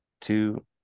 two